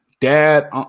Dad